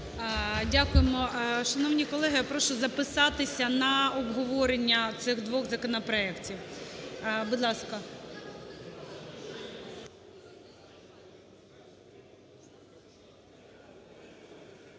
Дякуємо. Шановні колеги, прошу записатися на обговорення цих двох законопроектів, будь ласка.